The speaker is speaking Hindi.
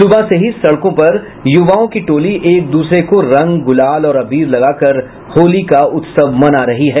सुबह से ही सड़कों पर युवाओं की टोली एक दूसरे को रंग गुलाल और अबीर लगाकर होली का उत्सव मना रही है